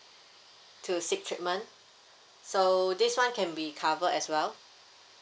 to seek treatment so this [one] can be covered as well